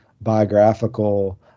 biographical